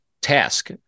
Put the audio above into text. task